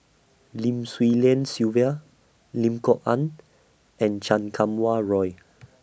Lim Swee Lian Sylvia Lim Kok Ann and Chan Kum Wah Roy